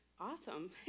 awesome